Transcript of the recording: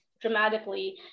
dramatically